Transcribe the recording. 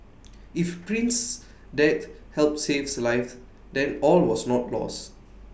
if prince death helps save lives then all was not lost